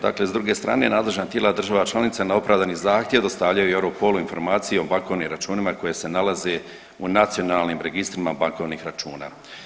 Dakle, s druge strane nadležna tijela država članica na opravdani zahtjev dostavljaju Europolu informacije o bankovnim računima koji se nalaze u Nacionalnim registrima bankovnih računa.